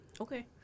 Okay